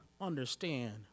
understand